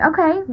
Okay